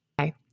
Okay